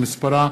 שמספרה